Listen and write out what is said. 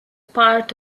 part